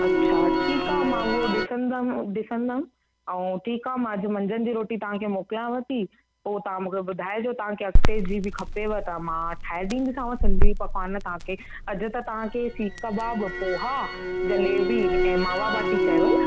अच्छा ठीकु आहे मां उहो ॾिसंदमि ॾिसंदमि ऐं ठीकु आहे अॼु मां मंझंदि जी रोटी मां तव्हां खे मोकिलियांव थी पोइ तव्हां मूंखे ॿुधाइजो तव्हां खे अॻिते जी बि खपेव त मां ठाहे ॾींदीसांव सिंधी पकवान तव्हां खे अॼु त तव्हां खे सीक कबाब पोहा जलेबी ऐं मावा बाटी चयेव न